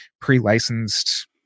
pre-licensed